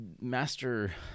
Master